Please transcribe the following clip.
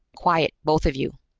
quiet, both of you.